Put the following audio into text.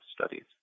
studies